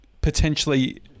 potentially